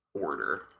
order